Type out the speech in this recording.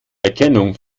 erkennung